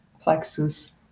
plexus